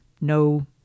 no